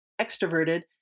extroverted